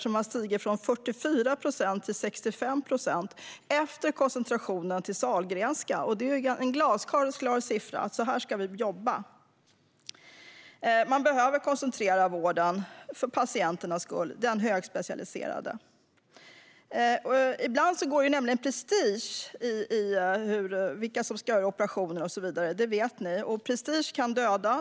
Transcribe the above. Den har stigit från 44 procent till 65 procent, efter koncentrationen av operationer till Sahlgrenska. Det är glasklara siffror. Så här ska vi jobba. För patienternas skull behöver den högspecialiserade vården koncentreras. Ibland går det prestige i vilka som ska utföra operationer och så vidare. Det vet ni. Och prestige kan döda.